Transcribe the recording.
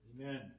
Amen